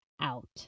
out